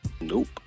Nope